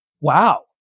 Wow